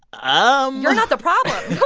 umm. you're not the problem.